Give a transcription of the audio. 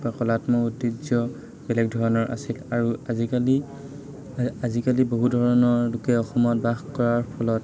বা কলাত্মক ঐতিহ্য বেলেগ ধৰণৰ আছিল আৰু আজিকালি আজিকালি বহু ধৰণৰ লোকে অসমত বাস কৰাৰ ফলত